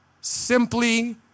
simply